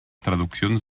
traduccions